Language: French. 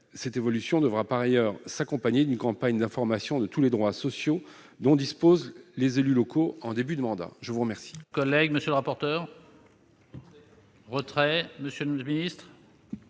Cette évolution devra par ailleurs s'accompagner d'une campagne d'information sur tous les droits sociaux dont disposent les élus locaux en début de mandat. Quel